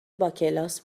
باکلاس